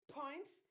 points